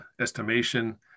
estimation